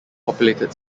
populated